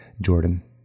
Jordan